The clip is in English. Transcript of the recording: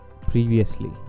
previously